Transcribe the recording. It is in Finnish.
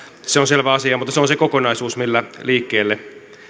se on selvä asia mutta se on se kokonaisuus millä liikkeelle